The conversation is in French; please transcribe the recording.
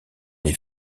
les